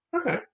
Okay